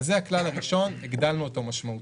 זה הכלל הראשון, הגדלנו אותו משמעותית.